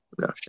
no